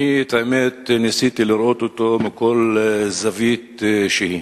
האמת, אני ניסיתי לראות אותו מכל זווית שהיא.